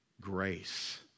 grace